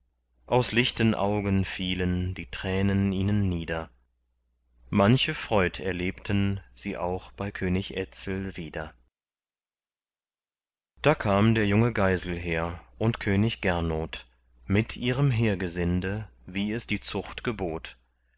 aus lichten augen fielen die tränen ihnen nieder manche freud erlebten sie auch bei könig etzel wieder da kam der junge geiselher und könig gernot mit ihrem heergesinde wie es die zucht gebot